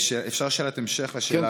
אפשר שאלת המשך לשאלה הזאת?